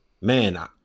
Man